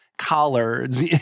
Collards